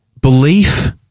belief